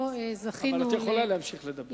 פה זכינו, אבל את יכולה להמשיך לדבר.